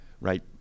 right